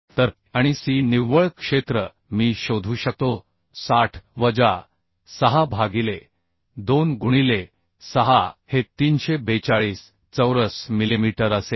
तर a आणि c निव्वळ क्षेत्र मी शोधू शकतो 60 वजा 6 भागिले 2 गुणिले 6 हे 342 चौरस मिलिमीटर असेल